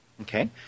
Okay